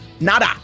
Nada